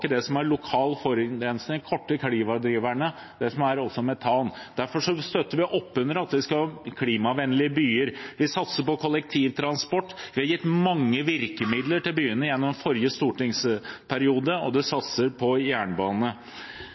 i det som er lokal forurensning, de korte klimadriverne, også det som er metan. Derfor støtter vi opp under at vi skal ha klimavennlige byer. Vi satser på kollektivtransport. Vi har gitt mange virkemidler til byene i forrige stortingsperiode, og det satses på jernbane.